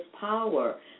power